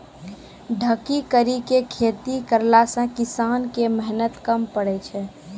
ढकी करी के खेती करला से किसान के मेहनत कम पड़ै छै